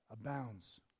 abounds